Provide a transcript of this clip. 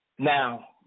Now